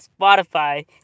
Spotify